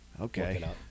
Okay